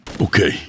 Okay